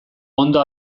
ondo